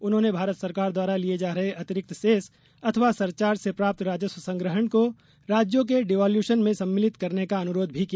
उन्होंने भारत सरकार द्वारा लिए जा रहे अतिरिक्त सेस अथवा सरचार्ज से प्राप्त राजस्व संग्रहण को राज्यों के डिवाल्यूशन में सम्मिलित करने का अनुरोध भी किया